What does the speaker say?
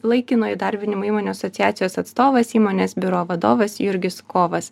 laikino įdarbinimo įmonių asociacijos atstovas įmonės biuro vadovas jurgis kovas